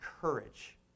courage